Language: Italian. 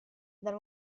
dal